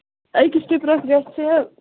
أکِس ٹِپرَس گژھِ